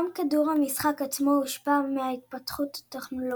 גם כדור המשחק עצמו הושפע מההתפתחות הטכנולוגית.